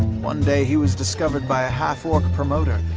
one day he was discovered by a half-orc promoter,